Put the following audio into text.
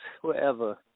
wherever